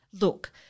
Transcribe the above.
Look